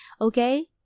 Okay